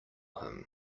him